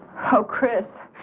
how chris.